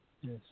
Yes